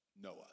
Noah